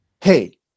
hey